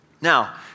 Now